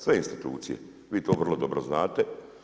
Sve institucije, vi to vrlo dobro znate.